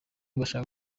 bashaka